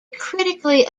critically